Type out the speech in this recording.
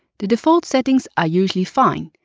the default settings are usually fine.